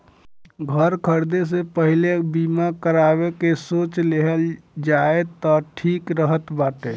घर खरीदे से पहिले बीमा करावे के सोच लेहल जाए तअ ठीक रहत बाटे